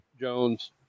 Jones